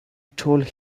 told